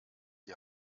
die